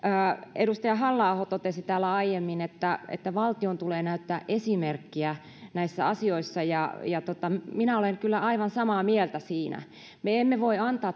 edustaja halla aho totesi täällä aiemmin että että valtion tulee näyttää esimerkkiä näissä asioissa ja ja minä olen kyllä aivan samaa mieltä siinä me emme voi antaa